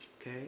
Okay